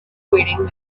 waiting